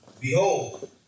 Behold